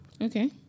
Okay